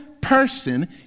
person